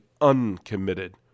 uncommitted